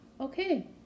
Okay